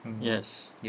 yes